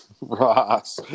Ross